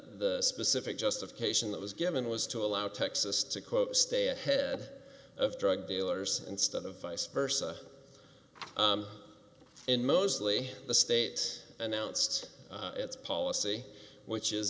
the specific justification that was given was to allow texas to quote stay ahead of drug dealers instead of vice versa and mostly the state announced its policy which is